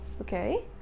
okay